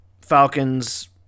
Falcons